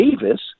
Davis